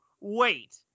wait